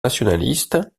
nationalistes